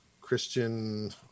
Christian